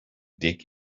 dig